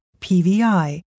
PVI